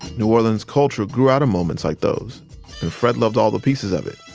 new orleans culture grew out of moments like those, and fred loved all the pieces of it.